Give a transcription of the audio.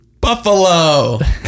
buffalo